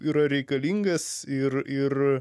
yra reikalingas ir ir